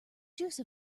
juice